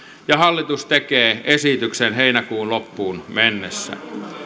ja hallitus tekee esityksen heinäkuun loppuun mennessä